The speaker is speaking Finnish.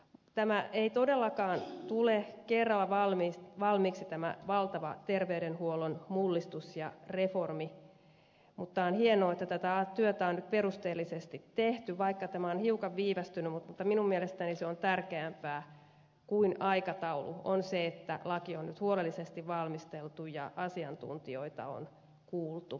tämä ei todellakaan tule kerralla valmiiksi tämä valtava terveydenhuollon mullistus ja reformi mutta on hienoa että tätä työtä on nyt perusteellisesti tehty vaikka tämä on hiukan viivästynyt mutta minun mielestäni tärkeämpää kuin aikataulu on se että laki on nyt huolellisesti valmisteltu ja asiantuntijoita on kuultu